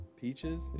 Peaches